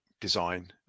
design